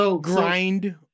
grind